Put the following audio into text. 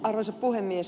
arvoisa puhemies